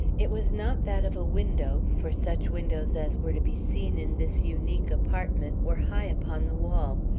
it was not that of a window, for such windows as were to be seen in this unique apartment were high upon the wall,